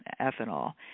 ethanol